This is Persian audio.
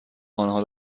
آنها